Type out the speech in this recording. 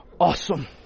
awesome